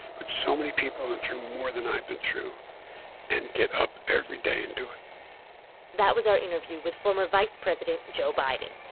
but so many people went through more than i've been through and get up every day and do it that was our interview with former vice president joe biden.